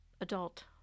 adult